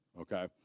okay